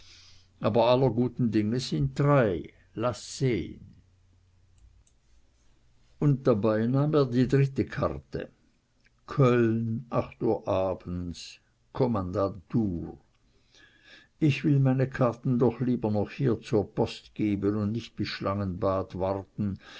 aber aller guten dinge sind drei laß sehn und dabei nahm er die dritte karte köln uhr abends kommandantur ich will meine karten doch lieber noch hier zur post geben und nicht bis schlangenbad warten